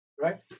right